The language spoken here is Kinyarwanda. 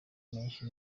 menshi